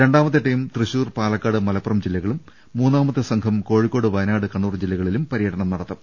രണ്ടാമത്തെ ടീം തൃശൂർ പാലക്കാട് മലപ്പുറം ജില്ലകളും മൂന്നാമത്തെ സംഘം കോഴിക്കോട് വയനാട് കണ്ണൂർ ജില്ലകളിലും പര്യ ടനം നടത്തും